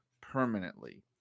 permanently